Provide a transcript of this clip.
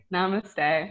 Namaste